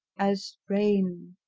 as rain,